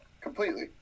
completely